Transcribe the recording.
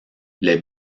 les